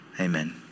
amen